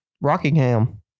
Rockingham